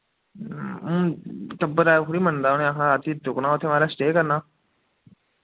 टब्बर ऐ ओह् थोह्ड़ी मन्नदा उ'न्नै आखना रातीं रुकना उत्थै महाराज स्टे करना